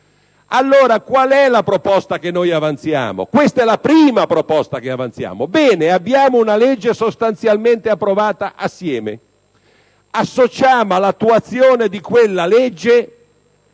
Allora, qual è la proposta che noi avanziamo? Questa è la prima proposta che avanziamo: abbiamo una legge sostanzialmente approvata assieme; associamo all'attuazione di quella legge